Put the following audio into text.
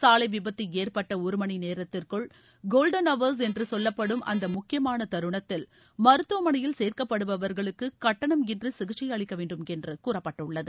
சாலை விபத்து ஏற்பட்ட ஒரு மணி நேரத்திற்குள் கோல்டன் ஹவர்ஸ் என்று சொல்லப்படும் அந்த முக்கியமான தருணத்தில் மருத்துவமனையில் சேர்க்கப்படுபவர்களுக்கு கட்டணம் இன்றி சிகிச்சை அளிக்க வேண்டும் என்று கூறப்பட்டுள்ளது